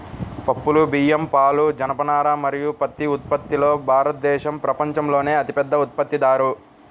పప్పులు, బియ్యం, పాలు, జనపనార మరియు పత్తి ఉత్పత్తిలో భారతదేశం ప్రపంచంలోనే అతిపెద్ద ఉత్పత్తిదారు